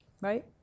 Right